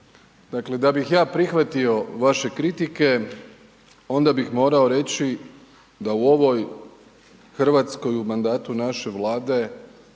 Dakle, da bih ja prihvatio vaše kritike onda bih morao reći da u ovoj Hrvatskoj u mandatu naše Vlade